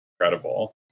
Incredible